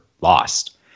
lost